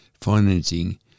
financing